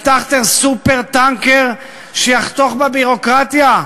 הבטחתם "סופר-טנקר" שיחתוך בביורוקרטיה?